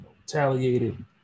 retaliated